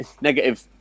negative